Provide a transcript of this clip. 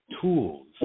tools